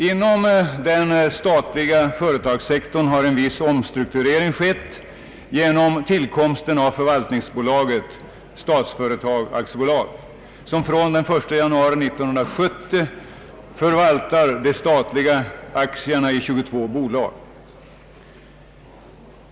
Inom den statliga företagssektorn har en viss omstrukturering skett genom tillkomsten av förvaltningsbolaget Statsföretag AB, som från den 1 januari 1970 förvaltar de statliga aktierna i 22 bolag.